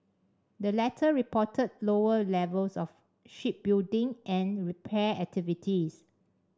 the latter reported lower levels of shipbuilding and repair activities